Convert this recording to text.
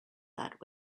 that